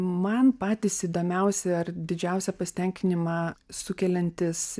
man patys įdomiausi ar didžiausią pasitenkinimą sukeliantys